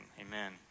Amen